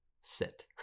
sit